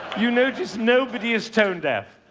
you notice nobody is tone-deaf,